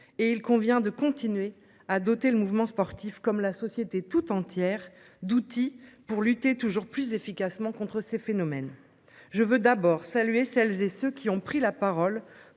et il convient de continuer à doter le mouvement sportif comme la société toute entière d'outils pour lutter toujours plus efficacement contre ces phénomènes. Je veux d'abord saluer celles et ceux qui ont pris la parole